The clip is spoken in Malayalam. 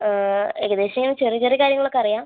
ഏകദേശം ഇങ്ങനെ ചെറിയ ചെറിയ കാര്യങ്ങൾ ഒക്കെ അറിയാം